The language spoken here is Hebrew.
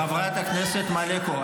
חברת הכנסת מלקו,